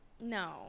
no